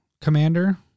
commander